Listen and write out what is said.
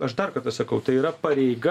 aš dar kartą sakau tai yra pareiga